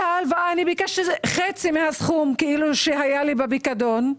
על ההלוואה אני ביקשתי חצי מהסכום כאילו שהיה לי בפקדון,